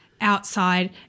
outside